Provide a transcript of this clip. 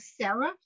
Sarah